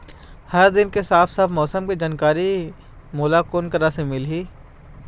हर दिन के साफ साफ मौसम के जानकारी मोला कोन करा से मिलही?